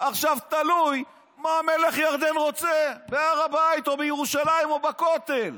עכשיו תלוי במה שמלך ירדן רוצה בהר הבית או בירושלים או בכותל.